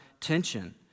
tension